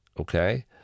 Okay